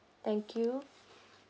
thank you